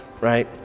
right